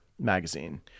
magazine